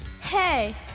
Hey